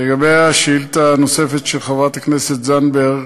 לגבי השאלה הנוספת של חברת הכנסת זנדברג,